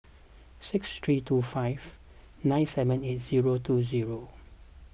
six three two five nine seven eight zero two zero